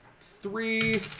three